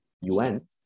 UN